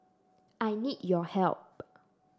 I need your help